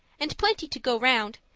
and plenty to go round,